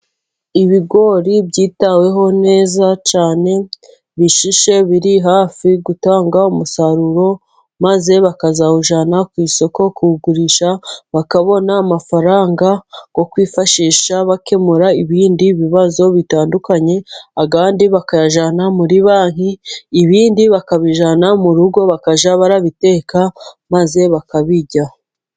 Ibigori byitaweho neza cyane bishishe biri hafi gutanga umusaruro maze bakazawujyana ku isoko kuwugurisha bakabona amafaranga yo kwifashisha bakemura ibindi bibazo bitandukanye, andi bakayajyana muri banki ibindi bakabijyana mu rugo bakajya barabiteka maze bakabirya.